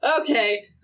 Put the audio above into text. Okay